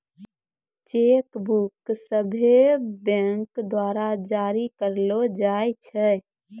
cheque book सभ्भे bank द्वारा जारी करलो जाय छै